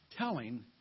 Telling